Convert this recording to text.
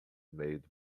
made